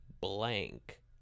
blank